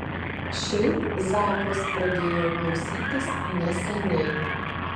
šiaip zappos pradėjau klausytis neseniai